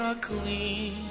clean